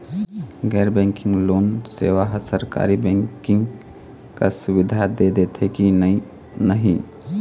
गैर banking loan सेवा हा सरकारी बैंकिंग कस सुविधा दे देथे कि नई नहीं?